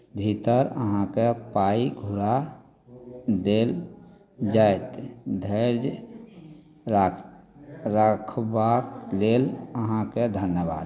भीतर अहाँके पाइ घुरा देल जायत धैर्य राख रखबाक लेल अहाँके धन्यवाद